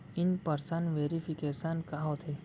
In person verification का होथे?